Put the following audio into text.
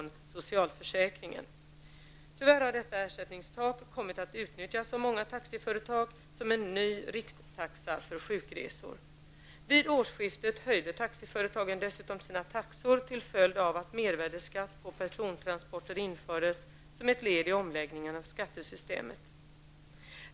Tyvärr har detta ersättningstak kommit att utnyttjas av många taxiföretag som en ny rikstaxa för sjukresor. Vid årsskiftet höjde taxiföretagen dessutom sina taxor till följd av att mervärdeskatt på persontransporter infördes som ett led i omläggningen av skattesystemet.